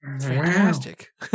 fantastic